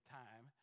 time